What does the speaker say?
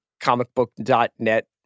comicbook.net